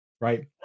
right